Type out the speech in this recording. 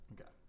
Okay